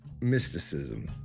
mysticism